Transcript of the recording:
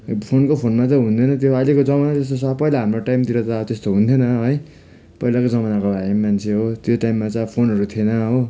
फोनको फोनमा त हुँदैन त्यो अहिलेको जमाना यस्तो पहिला हाम्रो टाइमतिर त अब त्यस्तो हुन्थेन है पहिलाको जमानाको हामी मान्छे हो त्यो टाइममा चाहिँ अब फोनहरू थिएन हो